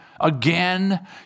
again